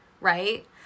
right